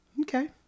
Okay